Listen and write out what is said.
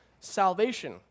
salvation